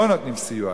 לא נותנים סיוע.